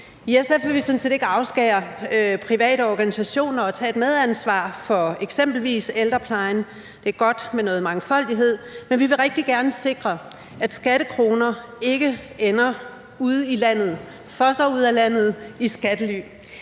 I SF vil vi sådan set ikke afskære private organisationer fra at tage et medansvar for eksempelvis ældreplejen. Det er godt med noget mangfoldighed. Men vi vil rigtig gerne sikre, at skattekroner ikke ender i udlandet, fosser ud af landet i skattely